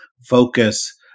focus